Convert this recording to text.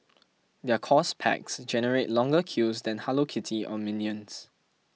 their course packs generate longer queues than Hello Kitty or minions